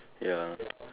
ya